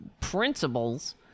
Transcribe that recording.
principles